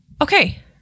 Okay